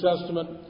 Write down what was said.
Testament